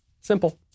Simple